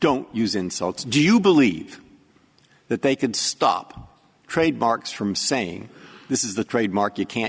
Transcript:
don't use insults do you believe that they could stop trademarks from saying this is the trademark you can't